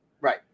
Right